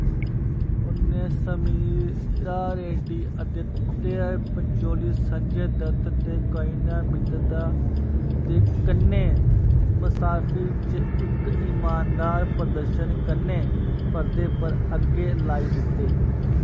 उ'नें समीरा रेड्डी आदित्य पंचोली संजय दत्त ते कोएना मित्तता दे कन्नै मसाफिर च इक ईमानदार प्रदर्शन कन्नै परदे पर अग्गै लाई दित्ते